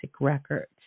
records